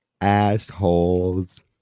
assholes